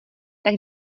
tak